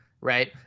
right